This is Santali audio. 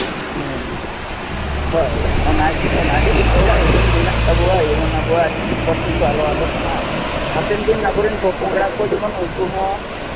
ᱦᱮᱸ ᱦᱳᱭ ᱚᱱᱟ ᱠᱚ ᱚᱱᱟᱜᱮ ᱡᱚᱛᱚ ᱦᱚᱲᱟᱜ ᱩᱭᱦᱟᱹᱨ ᱢᱮᱱᱟᱜ ᱛᱟᱵᱚᱣᱟ ᱡᱮᱢᱚᱱ ᱟᱵᱚᱣᱟᱜ ᱯᱟᱹᱨᱥᱤ ᱠᱚ ᱟᱞᱚ ᱟᱫᱚᱜ ᱢᱟ ᱦᱟᱯᱮᱱ ᱫᱤᱱ ᱟᱵᱚᱨᱮᱱ ᱯᱚᱼᱯᱚᱝᱲᱟ ᱠᱚ ᱡᱮᱢᱚᱱ ᱩᱱᱠᱩ ᱦᱚᱸ